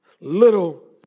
little